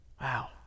Wow